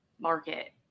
market